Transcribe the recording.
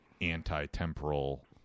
anti-temporal